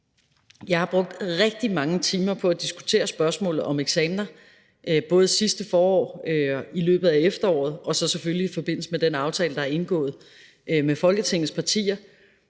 Jeg har brugt rigtig mange timer på at diskutere spørgsmålet om eksamener, både sidste forår, i løbet af efteråret og så selvfølgelig i forbindelse med den aftale, der er indgået med Folketingets partier.